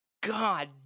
God